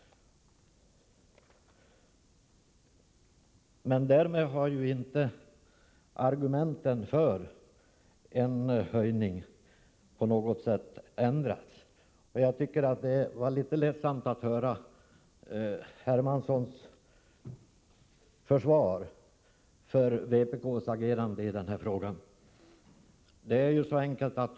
Därmed har inte argumenten för en höjning på något sätt ändrats. Jag tycker att det var litet ledsamt att höra Carl-Henrik Hermanssons försvar för vpk:s agerande i denna fråga.